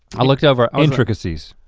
i looked over intricacies.